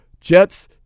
Jets